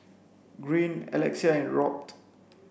Greene Alexia and Robt